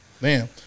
Man